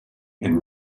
and